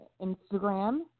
Instagram